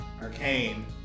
Arcane